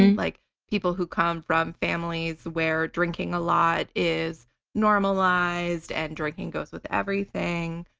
and like people who come from families where drinking a lot is normalized and drinking goes with everything.